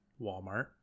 walmart